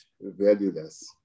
valueless